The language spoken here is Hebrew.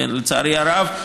לצערי הרב,